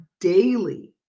daily